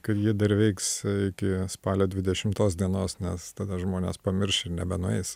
kad ji dar veiks iki spalio dvidešimtos dienos nes tada žmonės pamirš ir nebenueis